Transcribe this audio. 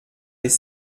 des